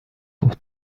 بود